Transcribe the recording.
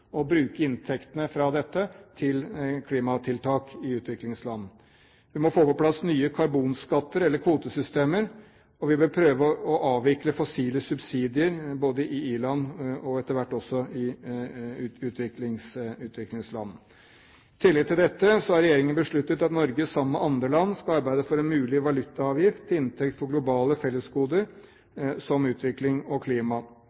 bruke inntektene fra dette til klimatiltak i utviklingsland. Vi må få på plass nye karbonskatter eller kvotesystemer, og vi bør prøve å avvikle fossile subsidier både i i-land og etter hvert også i utviklingsland. I tillegg til dette har regjeringen besluttet at Norge sammen med andre land skal arbeide for en mulig valutaavgift til inntekt for globale fellesgoder, som utvikling og klima.